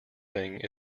thing